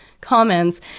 comments